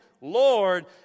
Lord